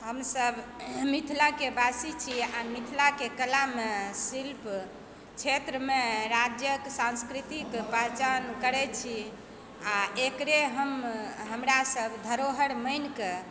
हमसब मिथिलाके वासी छी आ मिथिलाके कलामे शिल्प क्षेत्रमे राज्यक सांस्कृतिक पहचान करै छी आ एकरे हम हमरा सब धरोहर मानि कऽ